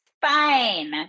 fine